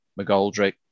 McGoldrick